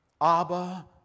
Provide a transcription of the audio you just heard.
Abba